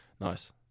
Nice